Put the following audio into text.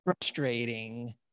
frustrating